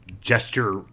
gesture